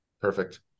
Perfect